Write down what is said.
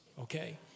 okay